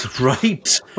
right